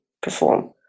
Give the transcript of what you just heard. perform